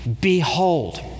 Behold